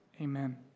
Amen